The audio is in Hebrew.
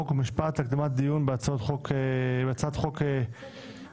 חוק ומשפט להקדמת הדיון בהצעת חוק בהצעת חוק הבחירות